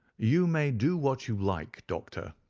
you may do what you like, doctor,